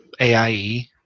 AIE